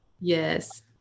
Yes